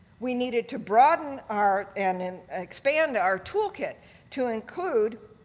we needed to broaden our and and expand our toolkit to include